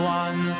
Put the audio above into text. one